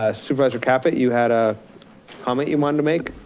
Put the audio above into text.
ah supervisor caput, you had ah comment you wanted to make.